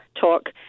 talk